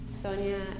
Sonia